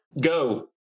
Go